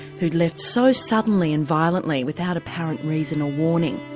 who'd left so suddenly and violently without apparent reason or warning.